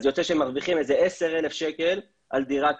אז יוצא שמרוויחים איזה 10,000 שקל על דירה כזאת.